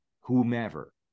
whomever